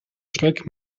schreck